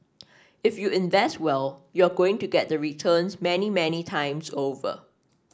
if you invest well you're going to get the returns many many times over